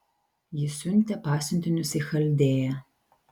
ji siuntė pasiuntinius į chaldėją